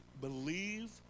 believe